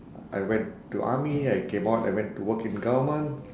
I went to army I came out I went to work in government